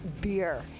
beer